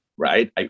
Right